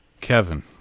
Kevin